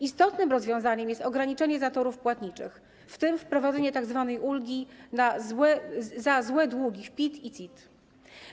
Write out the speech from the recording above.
Istotnym rozwiązaniem jest ograniczenie zatorów płatniczych, w tym wprowadzenie tzw. ulgi na złe długi w PIT i CIT.